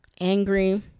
angry